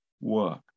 work